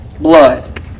blood